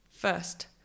First